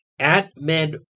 AtMed